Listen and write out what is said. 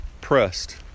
pressed